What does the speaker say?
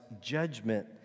judgment